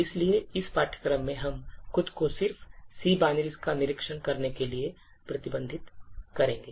इसलिए इस पाठ्यक्रम में हम खुद को सिर्फ C binaries का निरीक्षण करने के लिए प्रतिबंधित करेंगे